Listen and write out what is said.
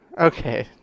Okay